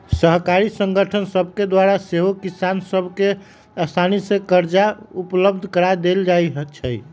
सहकारी संगठन सभके द्वारा सेहो किसान सभ के असानी से करजा उपलब्ध करा देल जाइ छइ